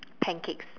pancakes